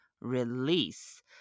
release